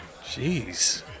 Jeez